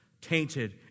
tainted